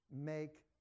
make